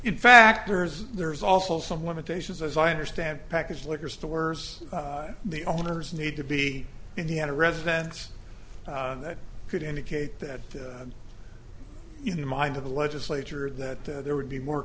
in factors there's also some limitations as i understand packages liquor stores the owners need to be indiana residents and that could indicate that in the mind of the legislature that there would be more